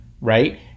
right